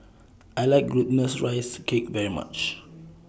I like Glutinous Rice Cake very much